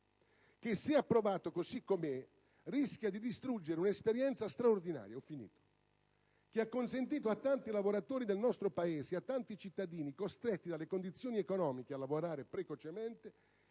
che, se approvato così com'è, rischia di distruggere un'esperienza straordinaria che ha consentito a tanti lavoratori del nostro Paese e a tanti cittadini costretti dalle condizioni economiche a lavorare precocemente